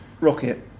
Rocket